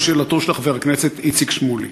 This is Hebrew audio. זו שאלתו של חבר הכנסת איציק שמולי.